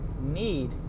need